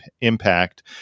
impact